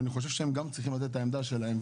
אני חושב שהם גם צריכים לתת את העמדה שלהם,